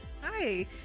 Hi